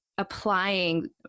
applying